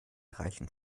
reichen